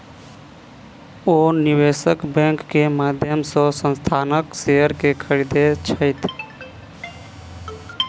ओ निवेश बैंक के माध्यम से संस्थानक शेयर के खरीदै छथि